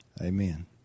Amen